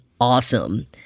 awesome